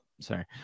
Sorry